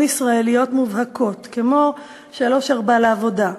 ישראליות מובהקות: כמו "שלוש-ארבע לעבודה",